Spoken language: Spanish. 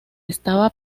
estaba